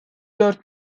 dört